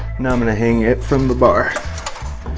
now i'm going to hang it from the bar.